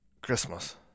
Christmas